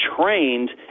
trained